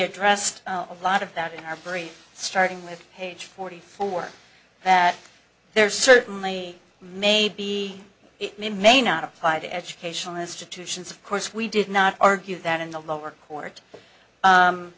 addressed a lot of that in our brain starting with page forty four that there certainly may be it may not apply to educational institutions of course we did not argue that in the lower court